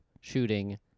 shooting